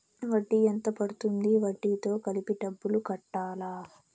వడ్డీ ఎంత పడ్తుంది? వడ్డీ తో కలిపి డబ్బులు కట్టాలా?